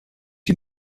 die